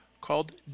called